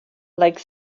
like